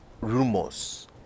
rumors